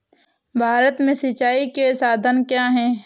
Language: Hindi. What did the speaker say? भारत में सिंचाई के साधन क्या है?